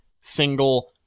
single